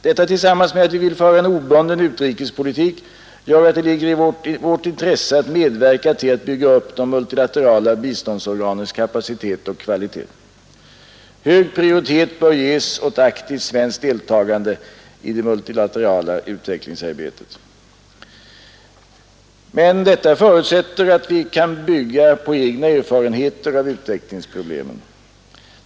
Detta tillsammans med att vi vill föra en obunden utrikespolitik gör att det ligger i vårt intresse att medverka till att bygga upp de multilaterala biståndsorganens kapacitet och kvalitet. Hög prioritet bör ges åt aktivt svenskt deltagande i det multilaterala utvecklingsarbetet. Men detta förutsätter att vi också kan bygga på egna erfarenheter av utvecklingsproblemen.